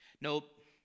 nope